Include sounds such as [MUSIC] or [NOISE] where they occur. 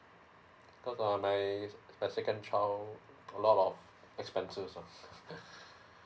because my my second child a lot of expense lah [NOISE]